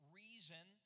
reason